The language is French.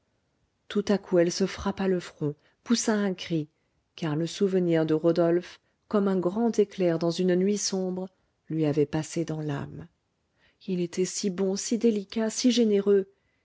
tout à coup elle se frappa le front poussa un cri car le souvenir de rodolphe comme un grand éclair dans une nuit sombre lui avait passé dans l'âme il était si bon si délicat si généreux